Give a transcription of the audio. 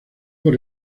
por